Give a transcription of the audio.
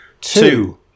two